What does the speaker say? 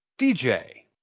DJ